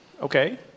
Okay